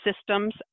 systems